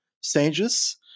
stages